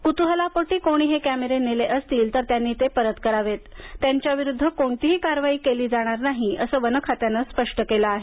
क्तूहलापोटी कोणी हे कॅमेरे नेले असतील तर त्यांनी ते परत करावेत त्यांच्याविरुद्ध कोणतीही कारवाई केली जाणार नाही असं वन खात्यानं स्पष्ट केलं आहे